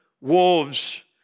wolves